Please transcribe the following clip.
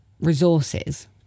resources